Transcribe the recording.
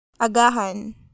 Agahan